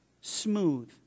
smooth